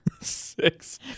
Six